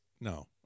No